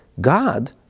God